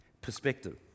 perspective